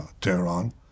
Tehran